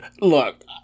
Look